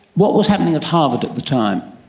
what was happening at harvard at the time?